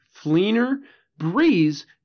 Fleener-Breeze